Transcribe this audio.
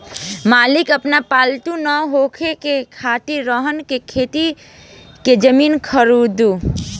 मालिक आपन पालतु नेओर के कहत रहन की खेत के जमीन खोदो